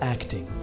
Acting